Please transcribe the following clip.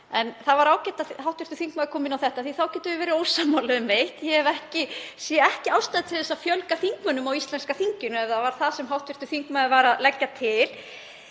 En það var ágætt að hv. þingmaður kom inn á þetta því að þá getum við verið ósammála um eitt. Ég sé ekki ástæðu til þess að fjölga þingmönnum á íslenska þinginu ef það var það sem hv. þingmaður var að leggja til.